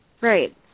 Right